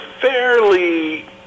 fairly